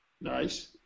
Nice